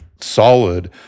solid